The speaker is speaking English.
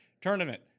tournament